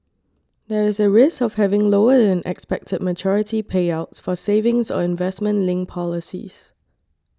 there is a risk of having lower than expected maturity payouts for savings or investment linked policies